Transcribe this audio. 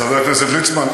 חבר הכנסת ליצמן,